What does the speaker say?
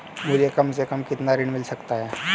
मुझे कम से कम कितना ऋण मिल सकता है?